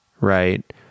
right